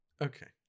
Okay